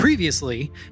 Previously